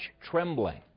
trembling